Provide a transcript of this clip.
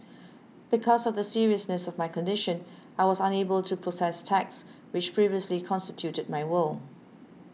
because of the seriousness of my condition I was unable to process text which previously constituted my world